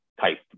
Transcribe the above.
type